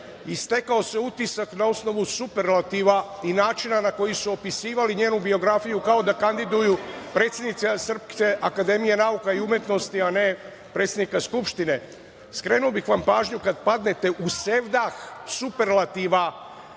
Stekao se utisak na osnovu superlativa i načina na koji su opisivali njenu biografiju kao da kandiduju predsednicu SANU, a ne predsednika Skupštine. Skrenuo bih vam pažnju, kad padnete u sevdah superlativa,